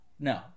No